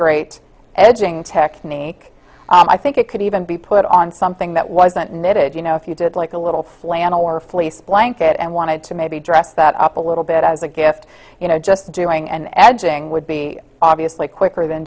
great edging technique i think it could even be put on something that wasn't knitted you know if you did like a little flannel or fleece blanket and wanted to maybe dress that up a little bit as a gift you know just doing and edging would be obviously quicker than